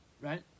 right